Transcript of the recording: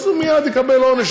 אז הוא מייד יקבל עונש,